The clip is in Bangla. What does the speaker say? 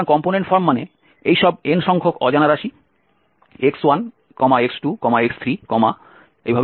সুতরাং কম্পোনেন্ট ফর্ম মানে এই সব n সংখ্যক অজানা রাশি x1 x2 x3 xn